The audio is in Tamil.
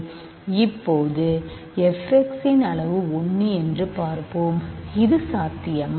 இப்போது f x இன் அளவு 1 என்று பார்ப்போம் இது சாத்தியமா